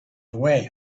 away